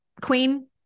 queen